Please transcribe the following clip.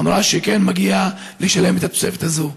אמרה שכן מגיע לשלם את התוספת הזאת.